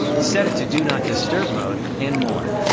set it to do not disturb mode and more.